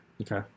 Okay